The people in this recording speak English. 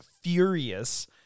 furious